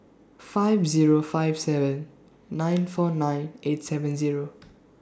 five Zero five seven nine four nine eight seven Zero